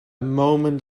moment